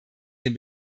den